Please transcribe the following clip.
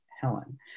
Helen